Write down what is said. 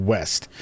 West